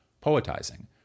poetizing